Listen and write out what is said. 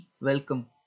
Welcome